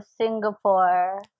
Singapore